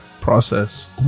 Process